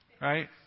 right